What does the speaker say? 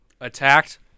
attacked